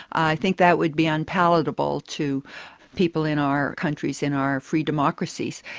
i think that would be unpalatable to people in our countries, in our free democracies.